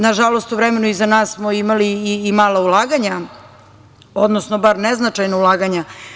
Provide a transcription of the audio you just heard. Nažalost, u vremenu iza nas smo imali i malo ulaganja, odnosno bar neznačajna ulaganja.